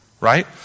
Right